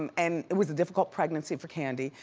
um and it was a difficult pregnancy for kandi.